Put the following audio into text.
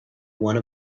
one